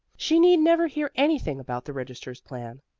she need never hear anything about the registrar's plan,